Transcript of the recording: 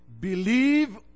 Believe